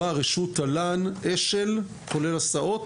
דהיינו, חובה, רשות, תל"ן, אש"ל כולל הסעות